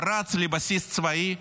לבסיס צבאי,